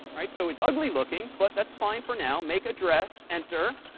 right? so it's ugly looking but that's fine for now. make address, enter.